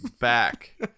back